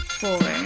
four